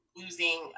losing